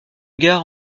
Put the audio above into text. gare